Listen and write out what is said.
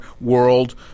world